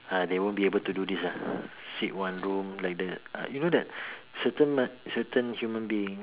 ah they won't be able to do this lah sit one room like that uh you know that certain mah certain human beings